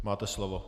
Máte slovo.